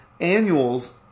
annuals